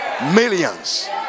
Millions